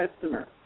customer